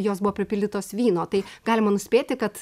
jos buvo pripildytos vyno tai galima nuspėti kad